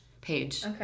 page